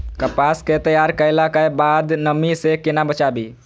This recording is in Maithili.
कपास के तैयार कैला कै बाद नमी से केना बचाबी?